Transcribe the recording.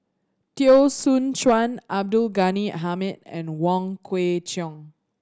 Teo Soon Chuan Abdul Ghani Hamid and Wong Kwei Cheong